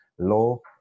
law